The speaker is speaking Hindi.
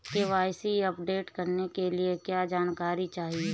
के.वाई.सी अपडेट करने के लिए क्या जानकारी चाहिए?